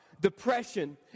depression